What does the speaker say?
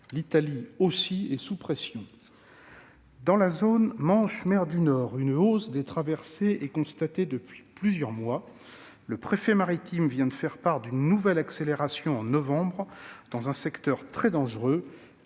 l'Italie est également sous pression. Dans la zone Manche-mer du Nord, une hausse des traversées est constatée depuis plusieurs mois et le préfet maritime vient de faire part d'une nouvelle accélération, en novembre, dans un secteur très dangereux.